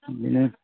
ओंखायनो